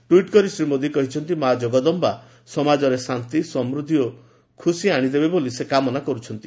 tweet କରି ଶ୍ରୀ ମୋଦି କହିଛନ୍ତି ମା' ଜଗଦମ୍ବା ସମାଜରେ ଶାନ୍ତି ସମୂଦ୍ଧି ଓ ଖୁସି ଆଣିଦେବେ ବୋଲି ସେ କାମନା କର୍ତ୍ଥନ୍ତି